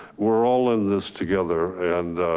we're all in this together. and